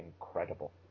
incredible